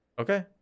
Okay